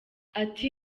ati